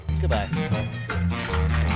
Goodbye